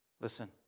Listen